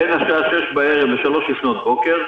בין השעה 18:00 בערב לשעה 03:00 לפנות בוקר.